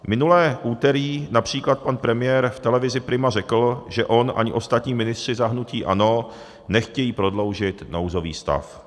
Minulé úterý například pan premiér v televizi Prima řekl, že on ani ostatní ministři za hnutí ANO nechtějí prodloužit nouzový stav.